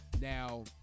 Now